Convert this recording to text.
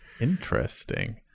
Interesting